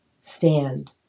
stand